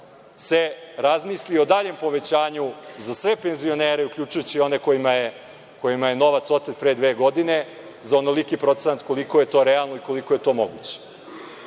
se razmisli o daljem povećanju za sve penzionere, uključujući one kojima je novac otet pre dve godine za onoliki procenat koliko je to realno i koliko je to moguće. Pozivam